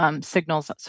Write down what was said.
signals